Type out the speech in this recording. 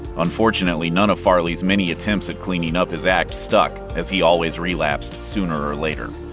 unfortunately, none of farley's many attempts at cleaning up his act stuck, as he always relapsed sooner or later.